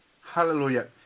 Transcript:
Hallelujah